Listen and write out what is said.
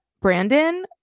Brandon